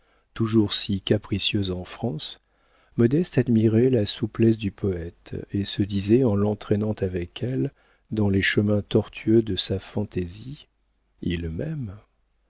toujours si capricieuse en france modeste admirait la souplesse du poëte et se disait en l'entraînant avec elle dans les chemins tortueux de sa fantaisie il m'aime